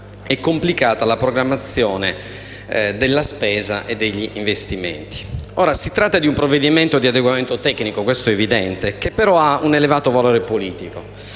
e complicata la programmazione della spesa e degli investimenti. Ora, si tratta di un provvedimento di adeguamento tecnico, questo è evidente, che però ha un elevato valore politico